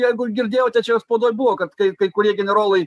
jeigu girdėjote čia jos spaudoj buvo kad kai kai kurie generolai